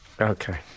Okay